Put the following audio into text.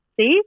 See